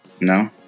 No